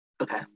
Okay